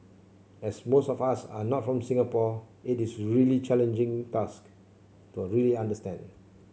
as most of us are not from Singapore it is a really challenging task to really understand